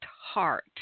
Heart